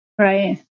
Right